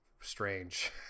strange